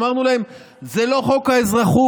אמרנו להם, זה לא חוק האזרחות,